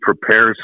prepares